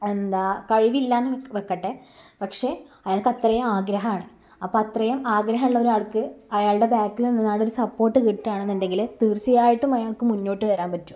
എന്താ കഴിവില്ലയെന്നു വ് വെക്കട്ടെ പക്ഷെ അയാൾക്കത്രയും ആഗ്രഹമാണ് അപ്പോൾ അത്രയും ആഗ്രമുള്ളൊരാൾക്ക് അയാളുടെ ബാക്കിൽ നിന്നാളൊരു സപ്പോർട്ട് കിട്ടാണെന്നുണ്ടെങ്കിൽ തീർച്ചയായിട്ടും അയാൾക്ക് മുന്നോട്ടു വരാൻ പറ്റും